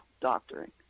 doctoring